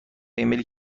ایمیلی